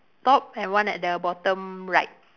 top and one at the bottom right